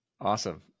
awesome